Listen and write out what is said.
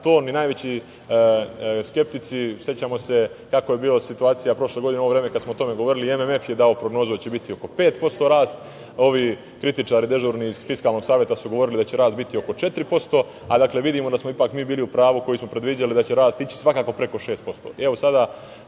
To ni najveći skeptici… Sećamo se kakva je bila situacija prošle godine u ovo vreme, kada smo o tome govorili, i MMF je dao prognozu da će biti oko 5% rast, ovi dežurni kritičari iz Fiskalnog saveta su govorili da će rast biti oko 4%, a vidimo da smo mi ipak bili u pravu koji smo predviđali da će rast ići svakako preko 6%.